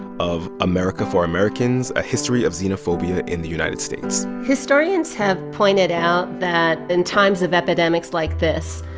of america for americans a history of xenophobia in the united states. historians have pointed out that in times of epidemics like this,